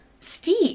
Steve